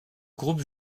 groupe